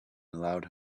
allowed